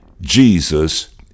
Jesus